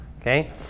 Okay